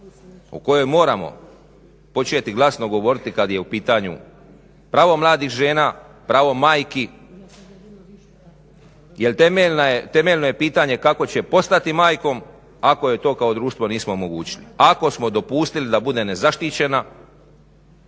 u kojoj moramo početi glasno govoriti kada je u pitanju pravo mladih žena, pravo majki jel temeljno je pitanje kako će postati majkom ako joj to kao društvo nismo omogućili, ako smo dopustili da bude nezaštićena,